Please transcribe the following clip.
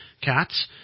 cats